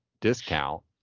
discount